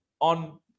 on